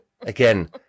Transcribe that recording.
Again